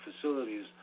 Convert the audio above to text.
facilities